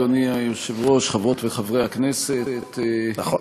אדוני היושב-ראש, חברות וחברי הכנסת, אכן,